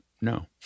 No